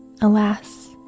Alas